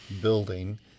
building